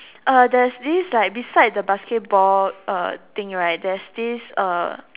uh there's this like beside the basketball uh thing right there's this uh